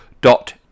dot